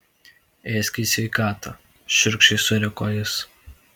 ėsk į sveikatą šiurkščiai suriko jis